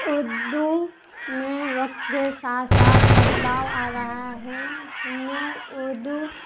اردو میں وقت کے ساتھ ساتھ بدلاؤ آ رہا ہے ہمیں اردو